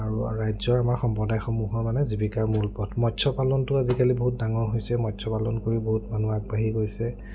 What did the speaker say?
আৰু ৰাজ্যৰ আমাৰ সম্প্ৰদায়সমূহৰ মানে জীৱিকাৰ মূল পথ মৎস্য পালনটো আজিকালি বহুত ডাঙৰ হৈছে মৎস্য পালন কৰিও বহুত মানুহ আগবাঢ়ি গৈছে